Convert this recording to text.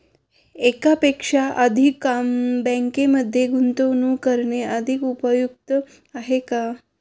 एकापेक्षा अधिक बँकांमध्ये गुंतवणूक करणे अधिक उपयुक्त आहे का?